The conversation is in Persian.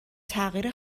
تغییر